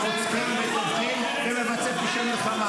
הבנת אותי, חבר הכנסת עטאונה?